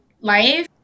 life